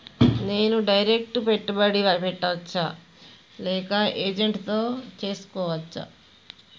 నేను డైరెక్ట్ పెట్టుబడి పెట్టచ్చా లేక ఏజెంట్ తో చేస్కోవచ్చా?